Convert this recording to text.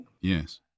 Yes